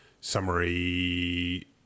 summary